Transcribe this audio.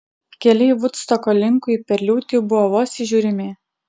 keliai vudstoko linkui per liūtį buvo vos įžiūrimi